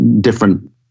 different